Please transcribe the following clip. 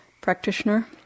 practitioner